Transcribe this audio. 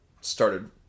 started